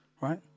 Right